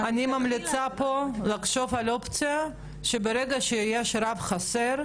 אני ממליצה פה לחשוב על אופציה שברגע שיש רב חסר,